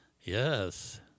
Yes